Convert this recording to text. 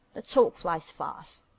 the talk flies fast,